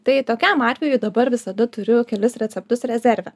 tai tokiam atvejui dabar visada turiu kelis receptus rezerve